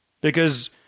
because-